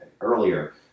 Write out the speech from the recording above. earlier